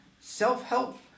self-help